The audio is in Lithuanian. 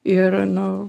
ir nu